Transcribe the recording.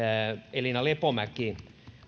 elina lepomäki